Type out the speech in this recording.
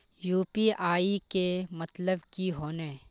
UPI के मतलब की होने?